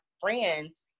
friends